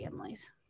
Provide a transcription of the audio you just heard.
families